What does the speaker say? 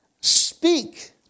Speak